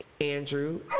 Andrew